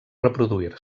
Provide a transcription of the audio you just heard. reproduir